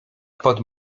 pod